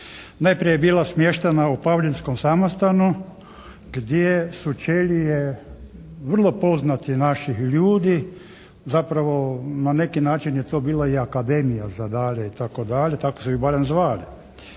Najprije je bila smještena u Pavlinskom samostanu gdje su ćelije vrlo poznatih naših ljudi zapravo na neki način je to bila i akademija za dalje itd., tako su je barem zvali,